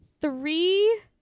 three